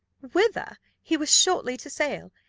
whither he was shortly to sail,